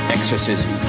Exorcism